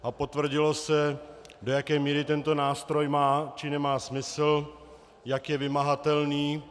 A potvrdilo se, do jaké míry tento nástroj má, či nemá smysl, jak je vymahatelný.